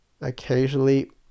occasionally